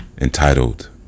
entitled